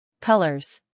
Colors